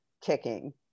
kicking